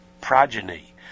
progeny